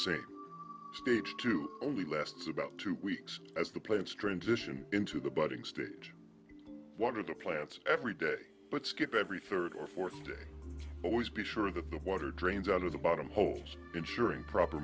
same stage two only lasts about two weeks as the plane strain dition into the budding stage wanted to plant every day but skip every third or fourth day always be sure that the water drains out of the bottom holes ensuring proper